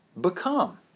become